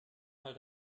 mal